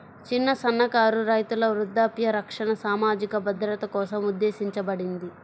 చిన్న, సన్నకారు రైతుల వృద్ధాప్య రక్షణ సామాజిక భద్రత కోసం ఉద్దేశించబడింది